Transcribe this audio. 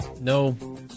No